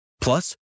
Plus